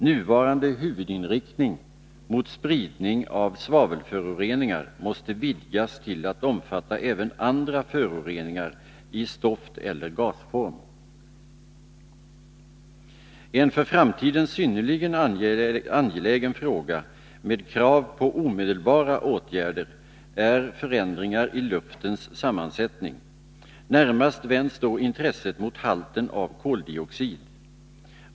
Nuvarande huvudinriktning mot spridning av svavelföroreningar måste vidgas till att omfatta även andra föroreningar i stofteller gasform. En för framtiden synnerligen angelägen fråga med krav på omedelbara åtgärder är förändringar i luftens sammansättning. Närmast vänds då intresset mot halten av koldioxid.